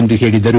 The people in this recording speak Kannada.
ಎಂದು ಹೇಳಿದರು